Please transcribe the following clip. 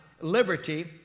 liberty